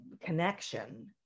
connection